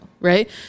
right